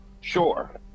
sure